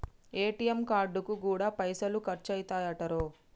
ATM కార్డుకు గూడా పైసలు ఖర్చయితయటరో